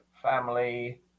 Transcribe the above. family